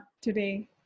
today